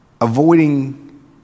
Avoiding